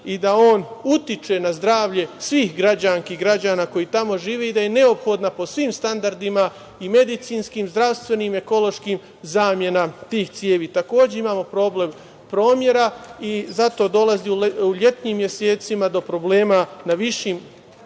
i da on utiče na zdravlje svih građanki i građana koji tamo žive i da je neophodna po svim standardima, i medicinskim, i zdravstvenim, i ekološkim, zamena tih cevi. Takođe imamo problem promera i zato dolazi u letnjim mesecima do problema na višim